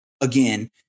again